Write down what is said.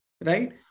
right